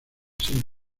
sin